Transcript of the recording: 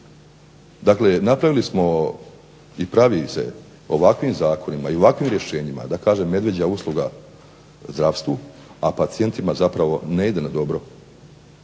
Dakle, napravili smo i pravi se ovakvim zakonima i ovakvim rješenjima medvjeđa usluga zdravstvu, a pacijentima zapravo ne ide na dobro.